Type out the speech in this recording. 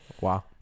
Wow